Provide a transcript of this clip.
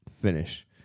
finish